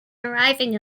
arriving